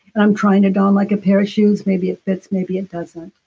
and i'm trying it on like a pair of shoes maybe it fits, maybe it doesn't,